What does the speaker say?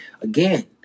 again